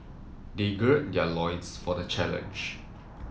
they gird their loins for the challenge